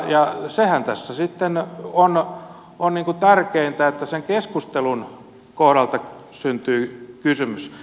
ja sehän tässä sitten on tärkeintä että sen keskustelun kohdalta syntyy kysymys